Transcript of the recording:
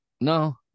No